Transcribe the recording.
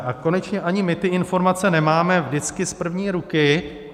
A konečně ani my ty informace nemáme vždycky z první ruky.